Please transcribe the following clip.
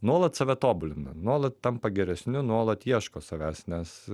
nuolat save tobulina nuolat tampa geresniu nuolat ieško savęs nes